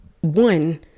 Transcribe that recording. one